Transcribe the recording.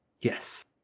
Yes